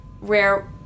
rare